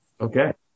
Okay